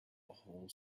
whole